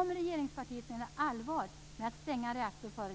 Om regeringspartiet menar allvar med att stänga en reaktor före